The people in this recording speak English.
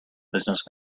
business